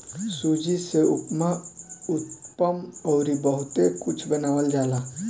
सूजी से उपमा, उत्तपम अउरी बहुते कुछ बनावल जाला